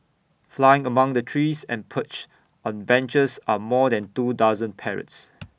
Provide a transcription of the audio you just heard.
flying among the trees and perched on benches are more than two dozen parrots